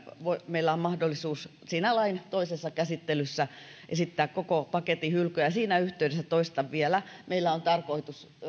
meillä on mahdollisuus siinä lain toisessa käsittelyssä esittää koko paketin hylkyä ja siinä yhteydessä toistan vielä meillä on tarkoitus